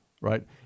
right